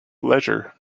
leisure